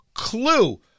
Clue